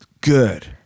Good